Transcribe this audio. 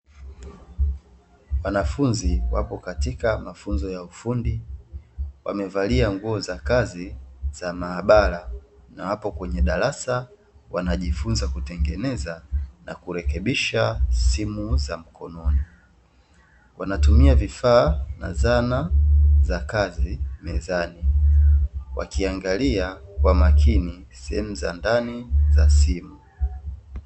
Wanafunzi wapo katika mafunzo ya ufundi wamevalia nguo za kazi za maabara na wapo kwenye darasa wanajifunza kutengeneza na kurekebisha simu za mkononi, wanatumia vifaa na zana za kazi mezani wakiangalia kwa makini sehemu za ndani ya simu.